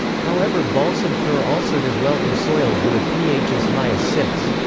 however balsam fir also does well in soils with a ph as high as six.